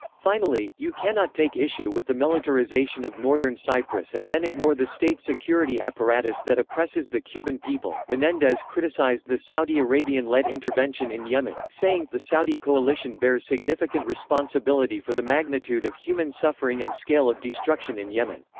finally, you cannot take issue with the militarization of northern cyprus and then ignore the state security apparatus that oppresses the cuban people. menendez criticized the saudi arabian-led intervention in yemen, saying the saudi coalition bears significant responsibility for the magnitude of human suffering and scale of destruction in yemen.